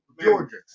Georgia